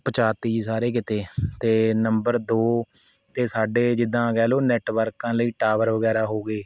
ਪਹੁੰਚਾਤੀ ਸਾਰੇ ਕਿਤੇ ਅਤੇ ਨੰਬਰ ਦੋ 'ਤੇ ਸਾਡੇ ਜਿੱਦਾਂ ਕਹਿ ਲਉ ਨੈੱਟਵਰਕਾਂ ਲਈ ਟਾਵਰ ਵਗੈਰਾ ਹੋ ਗਏ